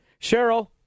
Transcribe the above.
Cheryl